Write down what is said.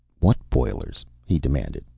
what boilers? he demanded.